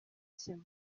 kimwe